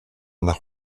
nach